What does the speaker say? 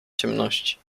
ciemności